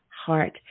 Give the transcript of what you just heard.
heart